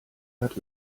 hat